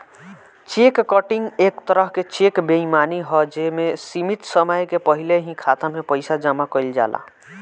check cutting एक तरह के चेक बेईमानी ह जे में सीमित समय के पहिल ही खाता में पइसा जामा कइल जाला